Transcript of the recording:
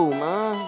man